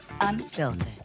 unfiltered